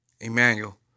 Emmanuel